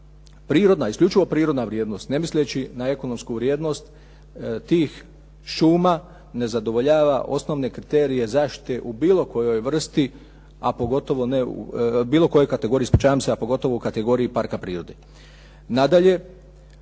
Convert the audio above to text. prirodna, isključivo prirodna vrijednost, ne misleći na ekonomsku vrijednost tih šuma ne zadovoljava osnovne kriterije zaštite u bilo kojoj kategoriji, a pogotovo u kategoriji parka prirode.